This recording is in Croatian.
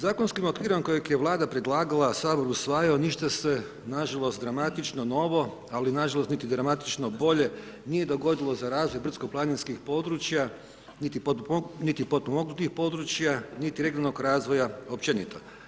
Zakonskom okvirom koji je vlada predlagala, a sabor usvajao, ništa se nažalost, dramatično novo, ali nažalost, niti dramatično bolje, nije dogodilo za razvoj brdsko planinskih područja, nit i potpomognutih područja, niti regionalnog razvoja općenito.